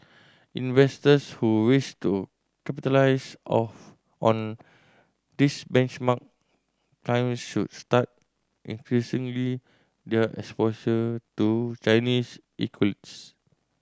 investors who wish to capitalise of on this benchmark climb should start increasingly their exposure to Chinese